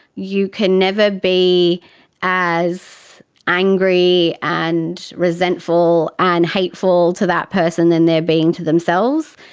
you can never be as angry and resentful and hateful to that person than they are being to themselves.